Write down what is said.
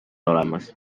olemas